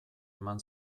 eman